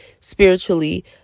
spiritually